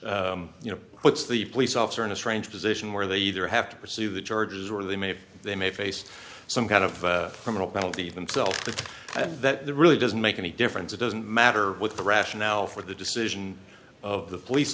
you know what's the police officer in a strange position where they either have to pursue the charges or they may they may face some kind of criminal penalty themselves and that the really doesn't make any difference it doesn't matter with the rationale for the decision of the police